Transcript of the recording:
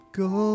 go